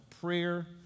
prayer